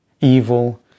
evil